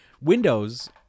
Windows